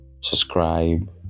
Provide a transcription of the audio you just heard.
subscribe